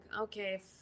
okay